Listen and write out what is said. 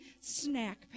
snack